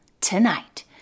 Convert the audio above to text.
tonight